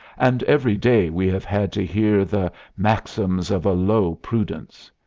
and every day we have had to hear the maxims of a low prudence.